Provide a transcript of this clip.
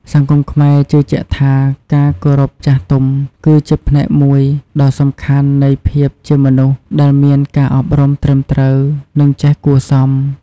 សង្គមខ្មែរជឿជាក់ថា ការគោរពចាស់ទុំគឺជាផ្នែកមួយដ៏សំខាន់នៃភាពជាមនុស្សដែលមានការអប់រំត្រឹមត្រូវ និងចេះគួរសម។